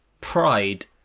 pride